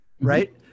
right